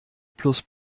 plus